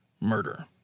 murder